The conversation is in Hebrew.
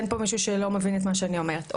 אין פה מישהו שלא מבין את מה שאני אומרת.